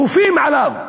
כופים עליו,